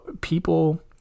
People